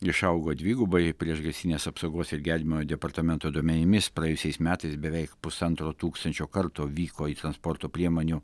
išaugo dvigubai priešgaisrinės apsaugos ir gelbėjimo departamento duomenimis praėjusiais metais beveik pusantro tūkstančio kartų vyko į transporto priemonių